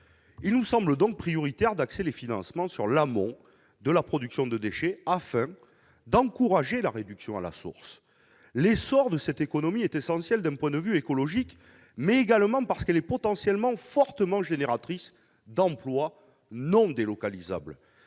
Il nous semble donc prioritaire d'axer les financements sur l'amont de la production de déchets, afin d'encourager la réduction des déchets à la source. L'essor de cette économie est essentiel d'un point de vue écologique, mais également parce qu'elle est potentiellement fortement génératrice d'emplois non délocalisables.